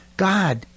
God